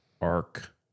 Arc